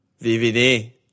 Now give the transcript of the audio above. VVD